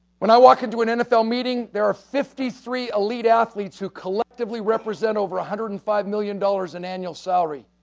when i walk into an nfl meeting, there are fifty three elite athletes who collectively represent over a one hundred and five million dollars in annual salary,